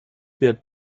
wird